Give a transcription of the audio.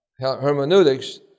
hermeneutics